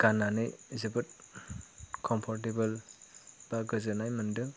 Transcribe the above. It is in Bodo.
गाननानै जोबोद कमपर्टेबोल एबा गोजोननाय मोनदों